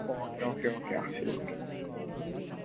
okay okay okay ആ ശരി okay ആ